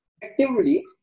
effectively